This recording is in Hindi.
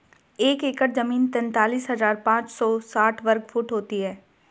एक एकड़ जमीन तैंतालीस हजार पांच सौ साठ वर्ग फुट होती है